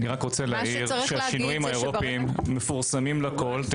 השינויים האירופאיים מפורסמים לכול.